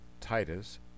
Titus